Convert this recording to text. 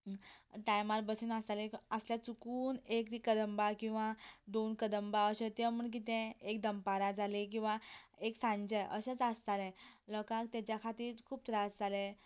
टायमार बसी नासताल्यो आसल्यार चुकून एक बीन कदंबा किंवां दोन कदंबा अश्यो त्यो म्हण कितें एक दनपरां जाली किंवां एक सांजे अशेंच आसतालें लोकांक तेच्या खातीर खूब त्रास जालें